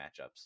matchups